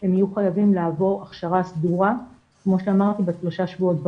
הם יהיו חייבים לעבור הכשרה סדורה בת 3.5 שבועות.